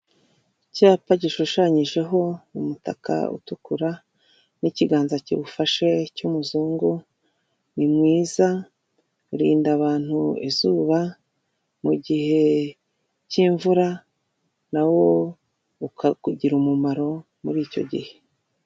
Icyapa gishushanyijeho umutaka utukura n'ikiganza kigufashe cyu'muzungu ni mwiza urinda abantu izuba mu gihe cy'imvura na wo ukakugirira umumaro muri icyo gihe.